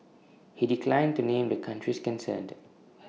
he declined to name the countries concerned